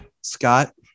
Scott